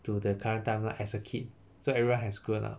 to the current timeline as a kid so everyone has grown up